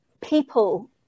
people